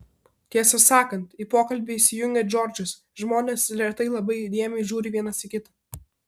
tiesą sakant į pokalbį įsijungė džordžas žmonės retai labai įdėmiai žiūri vienas į kitą